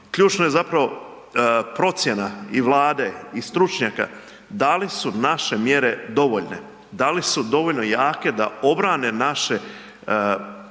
ključna je procjena i Vlade i stručnjaka da li su naše mjere dovoljne, da li su dovoljno jake da obrane naše prerađivače,